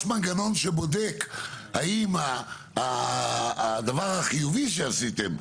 יש מנגנון שבודק את הדבר החיובי שעשיתם,